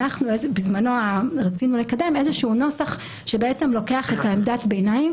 בזמנו רצינו לקדם איזשהו נוסח שלוקח את עמדת הביניים